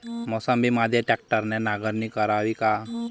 मोसंबीमंदी ट्रॅक्टरने नांगरणी करावी का?